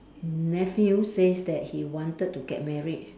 nephew says that he wanted to get married